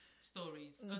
Stories